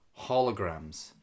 holograms